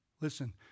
Listen